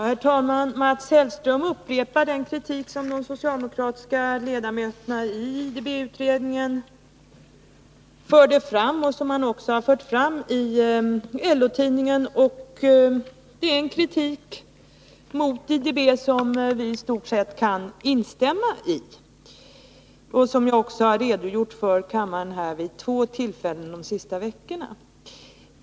Herr talman! Mats Hellström upprepar den kritik som de socialdemokratiska ledamöterna i IDB-utredningen förde fram och som man också har fört fram i LO-tidningen. Det är en kritik mot IDB som vi i stort sett kan instämma i, vilket jag också har redogjort för inför kammaren vid två tillfällen under de senaste veckorna.